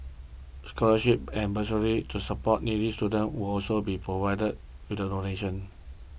scholarships and bursaries to support needy students will also be provided with donation